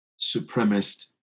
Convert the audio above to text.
supremacist